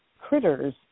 critters